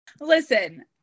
Listen